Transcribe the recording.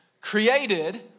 created